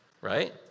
Right